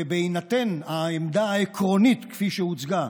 ובהינתן העמדה העקרונית כפי שהוצגה,